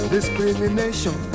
Discrimination